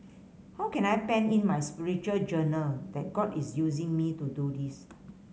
how can I pen in my spiritual journal that God is using me to do this